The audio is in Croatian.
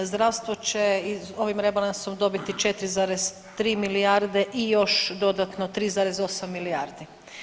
Zdravstvo će ovim rebalansom dobiti 4,3 milijarde i još dodatno 3,8 milijardi.